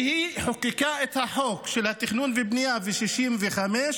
כשהיא חוקקה את חוק התכנון והבנייה ב-1965,